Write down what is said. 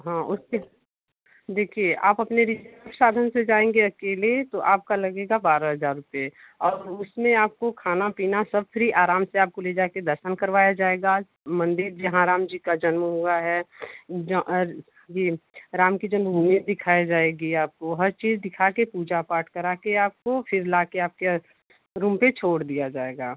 हाँ उसकी देखिए आप अपने साधन से जाएँगे अकेले तो आपका लगेगा बारह हजार रुपये और उसमें आपको खाना पीना सब फ्री आराम से आपको ले जाके दर्शन करवाया जाएगा मंदिर जहाँ राम जी का जन्म हुआ है जो जी राम की जन्मभूमि दिखाए जाएगी आपको हर चीज़ दिखा के पूजा पाठ करा के आपको फिर लाके आपके रूम पर छोड़ दिया जाएगा